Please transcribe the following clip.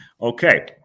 Okay